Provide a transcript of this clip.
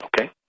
Okay